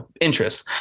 interest